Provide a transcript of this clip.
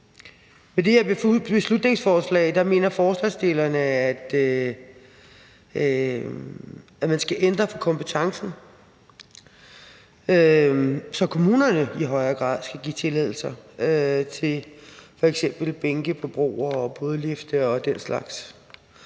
her beslutningsforslag mener forslagsstillerne, at man skal ændre på kompetencen, så kommunerne i højere grad skal give tilladelser til f.eks. bænke på broer og bådlifte og den slags.